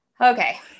Okay